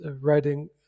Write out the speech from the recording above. writing